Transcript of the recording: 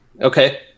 Okay